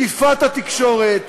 תקיפת התקשורת,